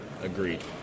Agreed